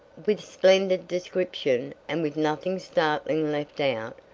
with splendid description, and with nothing startling left out,